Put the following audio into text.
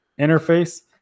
interface